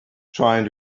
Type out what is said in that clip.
trying